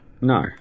No